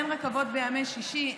אין רכבות בימי שישי,